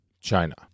China